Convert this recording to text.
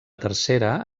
tercera